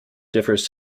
differs